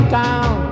town